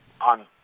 on